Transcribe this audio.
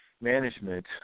management